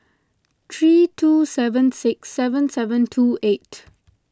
three two seven six seven seven two eight